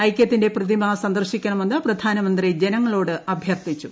ഐകൃത്തിന്റെ പ്രത്യൂമ്പ് സന്ദർശിക്കണമെന്ന് പ്രധാനമന്ത്രി ജനങ്ങളോട് അഭ്യർത്ഥീച്ചു